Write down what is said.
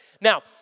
Now